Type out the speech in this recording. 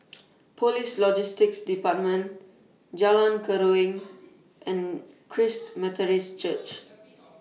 Police Logistics department Jalan Keruing and Christ Methodist Church